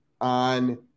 on